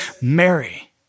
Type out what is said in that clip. Mary